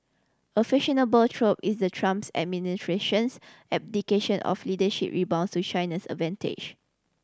a fashionable trope is the Trump's administration's abdication of leadership rebounds to China's advantage